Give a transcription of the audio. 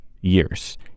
years